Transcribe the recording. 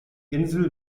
insel